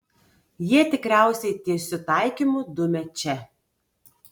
jie tikriausiai tiesiu taikymu dumia čia